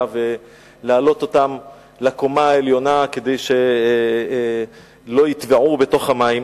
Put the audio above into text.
ולהעלות אותם לקומה העליונה כדי שלא יטבעו בתוך המים.